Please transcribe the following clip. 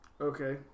Okay